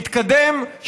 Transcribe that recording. מתקדם,